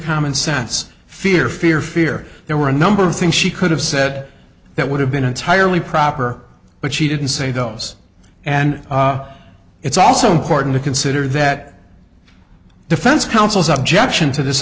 common sense fear fear fear there were a number of things she could have said that would have been entirely proper but she didn't say those and it's also important to consider that defense counsel's objection to this